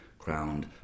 crowned